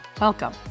Welcome